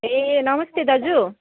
ए नमस्ते दाजु